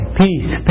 peace